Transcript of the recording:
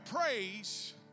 praise